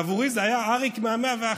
עבורי הוא היה אריק מה-101,